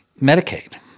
Medicaid